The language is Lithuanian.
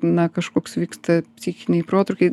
na kažkoks vyksta psichiniai protrūkiai